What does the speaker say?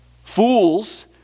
Fools